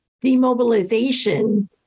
demobilization